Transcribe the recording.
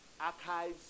archives